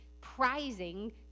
prizing